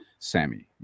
sammy